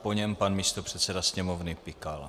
Po něm pan místopředseda Sněmovny Pikal.